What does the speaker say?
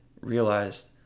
realized